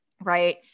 right